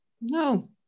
No